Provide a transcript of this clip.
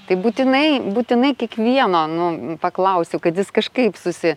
tai būtinai būtinai kiekvieno nu paklausiu kad jis kažkaip susi